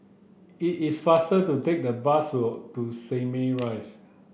it is faster to take the bus to Simei Rise